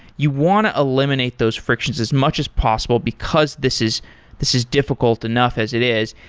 you want to eliminate those frictions as much as possible because this is this is difficult enough as it is.